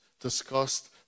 discussed